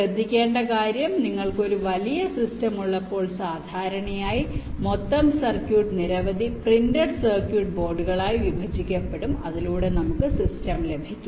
ശ്രദ്ധിക്കേണ്ട കാര്യം നിങ്ങൾക്ക് ഒരു വലിയ സിസ്റ്റം ഉള്ളപ്പോൾ സാധാരണയായി മൊത്തം സർക്യൂട്ട് നിരവധി പ്രിന്റഡ് സർക്യൂട്ട് ബോർഡുകളായി വിഭജിക്കപ്പെടും അതിലൂടെ നമുക്ക് സിസ്റ്റം ലഭിക്കും